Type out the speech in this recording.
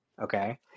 okay